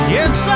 Yes